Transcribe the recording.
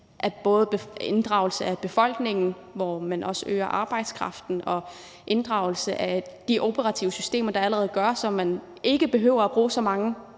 både inddragelse af befolkningen, hvor man også øger arbejdskraften, og inddragelse af de operative systemer, der allerede er, så man ikke behøver at bruge så mange